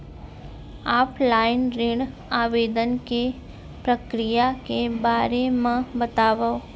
Offline ऋण आवेदन के प्रक्रिया के बारे म बतावव?